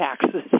taxes